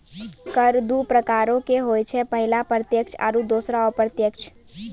कर दु प्रकारो के होय छै, पहिला प्रत्यक्ष आरु दोसरो अप्रत्यक्ष